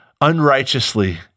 unrighteously